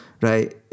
right